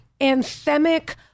anthemic